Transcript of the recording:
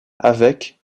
avec